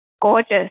gorgeous